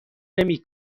نمی